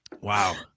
Wow